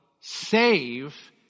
save